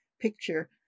picture